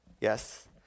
Yes